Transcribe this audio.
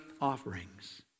offerings